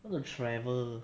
wanna travel